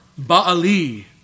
Baali